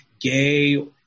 gay